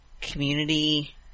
Community